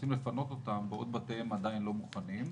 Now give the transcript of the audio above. רוצים לפנות אותם בעוד בתיהם עדיין לא מוכנים.